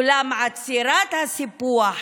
אולם עצירת הסיפוח,